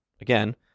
again